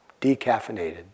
decaffeinated